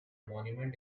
monument